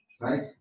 right